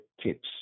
tips